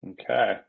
Okay